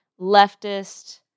leftist